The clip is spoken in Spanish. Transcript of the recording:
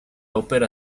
ópera